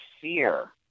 fear